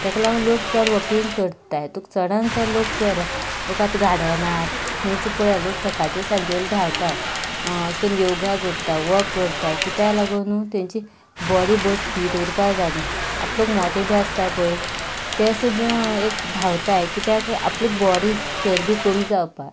ताका लागून लोक चड वॉकिंग करतात तुका चडांत चड लोक पळय तुका आतां गार्डनांत खंयच पळयात लोक सकाळचे सांजे वेळार धांवतात अशें करून योगा करतात वाॅक करतात कित्याक लागून तांची बॉडी बरी फीट उरपाक लागून आतां लोक मोठे बी आसतात पळय ते सुद्दां एक धांवतात कित्याक आपल्या बॉडीची चरबी कमी जावपाक